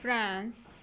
France